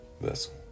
vessel